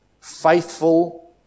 faithful